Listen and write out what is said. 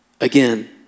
Again